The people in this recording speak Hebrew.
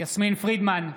יסמין פרידמן,